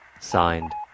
Signed